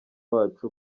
wacu